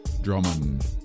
Drummond